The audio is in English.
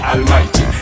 Almighty